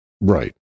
Right